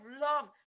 love